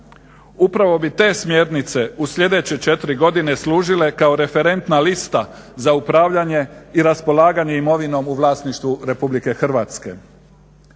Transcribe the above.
Upravo bi te smjernice u sljedeće 4 godine služile kao referentna lista za upravljanje i raspolaganje imovinom u vlasništvu RH. Ova